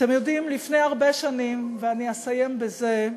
אתם יודעים, לפני הרבה שנים, ואני אסיים בזה,